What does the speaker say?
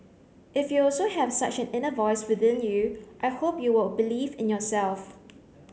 if you also have such an inner voice within you I hope you will believe in yourself